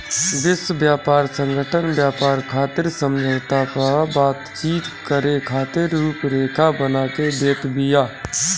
विश्व व्यापार संगठन व्यापार खातिर समझौता पअ बातचीत करे खातिर रुपरेखा बना के देत बिया